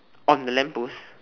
on the lamp post